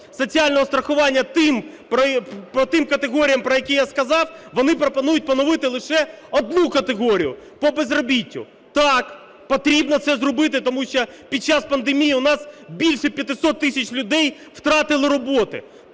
соціального страхування по тим категоріям, про які я сказав, вони пропонують поновити лише одну категорію – по безробіттю. Так, потрібно це зробити, тому що під час пандемії у нас більше 500 тисяч людей втратили роботу.